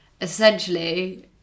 essentially